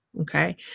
Okay